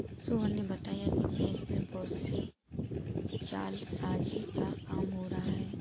सोहन ने बताया कि बैंक में बहुत से जालसाजी का काम हो रहा है